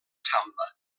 samba